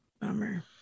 bummer